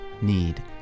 need